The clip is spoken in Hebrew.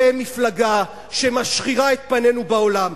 אתם מפלגה שמשחירה את פנינו בעולם.